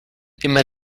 immer